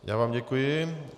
Já vám děkuji.